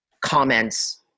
comments